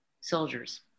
soldiers